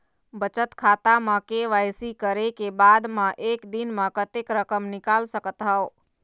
बचत खाता म के.वाई.सी करे के बाद म एक दिन म कतेक रकम निकाल सकत हव?